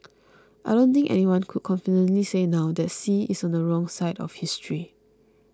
I don't think anyone could confidently say now that Xi is on the wrong side of history